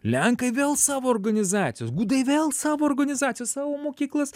lenkai vėl savo organizacijos gudai vėl savo organizacijos savo mokyklas